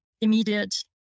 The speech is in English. immediate